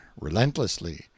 relentlessly